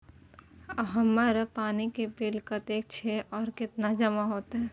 हमर पानी के बिल कतेक छे और केना जमा होते?